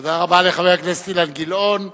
תודה רבה לחבר הכנסת אילן גילאון.